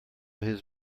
his